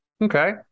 Okay